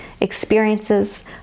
experiences